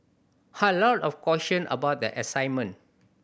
lot of question about the assignment